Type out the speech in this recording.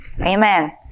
Amen